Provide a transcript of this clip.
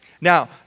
Now